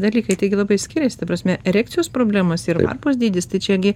dalykai taigi labai skiriasi ta prasme erekcijos problemos ir varpos dydis tai čia gi